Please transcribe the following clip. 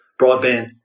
broadband